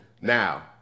Now